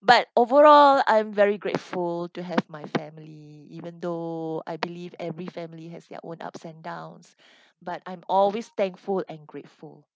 but overall I'm very grateful to have my family even though I believe every family has their own ups and downs but I'm always thankful and grateful